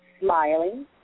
smiling